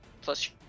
plus